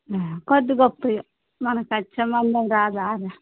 కొద్ది గొప్పే మనకి ఎక్కు మంది రారురా